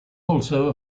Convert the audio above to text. also